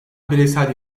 bireysel